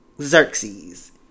Xerxes